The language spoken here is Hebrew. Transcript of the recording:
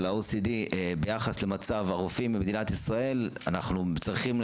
ה-OECD ביחס למצב הרופאים במדינת ישראל -- לא